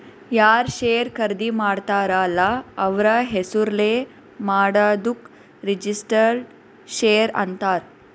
ಯಾರ್ ಶೇರ್ ಖರ್ದಿ ಮಾಡ್ತಾರ ಅಲ್ಲ ಅವ್ರ ಹೆಸುರ್ಲೇ ಮಾಡಾದುಕ್ ರಿಜಿಸ್ಟರ್ಡ್ ಶೇರ್ ಅಂತಾರ್